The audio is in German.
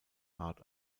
hart